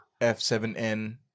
F7N